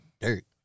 dirt